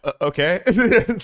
okay